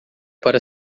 para